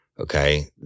okay